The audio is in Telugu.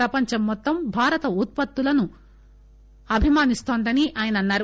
ప్రపంచం మొత్తం భారత ఉత్పత్తులను అభిమానిస్తోందని ఆయన అన్నారు